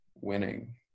winning